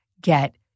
get